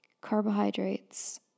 Carbohydrates